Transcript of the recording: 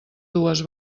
dues